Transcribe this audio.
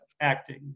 acting